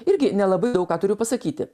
irgi nelabai daug ką turiu pasakyti